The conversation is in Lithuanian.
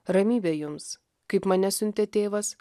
ramybė jums kaip mane siuntė tėvas